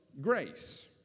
grace